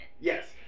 Yes